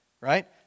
right